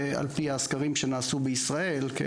ועל פי הסקרים שנעשו בישראל, כן?